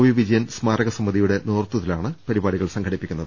വിവിജയൻ സ്മാരകസമിതിയുടെ നേതൃത്വ ത്തിലാണ് പരിപാടികൾ സംഘടിപ്പിക്കുന്നത്